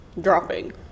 dropping